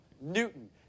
Newton